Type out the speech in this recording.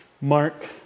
Mark